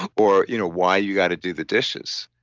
or you know why you got to do the dishes.